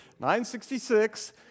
966